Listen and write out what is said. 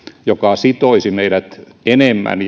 joka sitoisi meidät enemmän